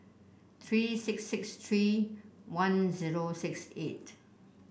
three six six three one zero six eight